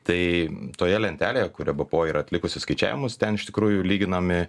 tai toje lentelėje kurio b p o yra atlikusi skaičiavimus ten iš tikrųjų lyginami